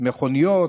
מכוניות,